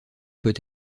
peut